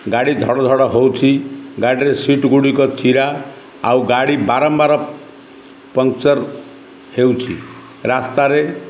ଗାଡ଼ି ଧଡ଼ ଧଡ଼ ହେଉଛି ଗାଡ଼ିରେ ସିଟ୍ ଗୁଡ଼ିକ ଚିରା ଆଉ ଗାଡ଼ି ବାରମ୍ବାର ପଙ୍କଚର୍ ହେଉଛି ରାସ୍ତାରେ